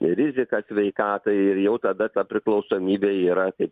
rizika sveikatai ir jau tada ta priklausomybė yra kaip